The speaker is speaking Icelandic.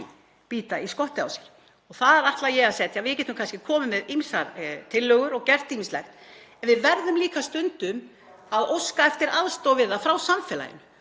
bíta í skottið á sér. Það ætla ég að segja. Við getum kannski komið með ýmsar tillögur og gert ýmislegt en við verðum líka stundum að óska eftir aðstoð við það frá samfélaginu